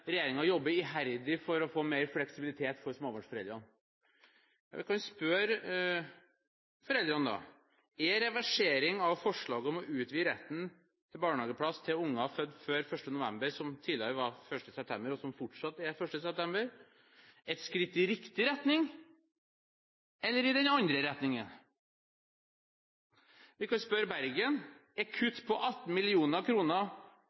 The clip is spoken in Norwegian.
jobber iherdig for å få mer fleksibilitet for småbarnsforeldrene. Da kan man spørre foreldrene: Er reversering av forslaget om å utvide retten til barnehageplass til unger født før 1. november, som tidligere var 1. september og som fortsatt er 1. september, et skritt i riktig retning, eller i den andre retningen? Vi kan spørre småbarnsforeldre i Bergen: Er